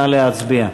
נא להצביע.